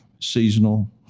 seasonal